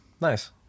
nice